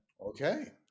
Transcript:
okay